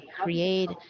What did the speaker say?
create